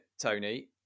Tony